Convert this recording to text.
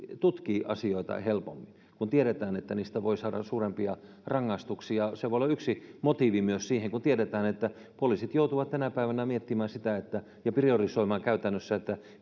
tutkii asioita helpommin kun tiedetään että niistä voi saada suurempia rangaistuksia se voi myös olla yksi motiivi siihen kun tiedetään että poliisit joutuvat tänä päivänä miettimään sitä ja priorisoimaan käytännössä